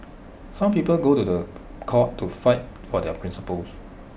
some people go to court to fight for their principles